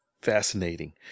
fascinating